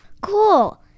Cool